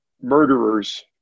Murderers